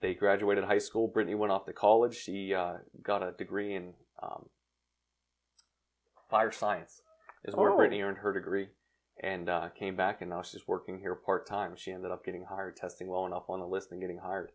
they graduated high school bernie went off to college he got a degree in fire science is already earned her degree and came back and now she's working here part time she ended up getting hired to think well enough on the list and getting hired